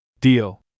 Deal